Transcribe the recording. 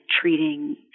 treating